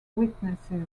witnesses